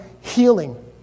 healing